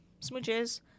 smooches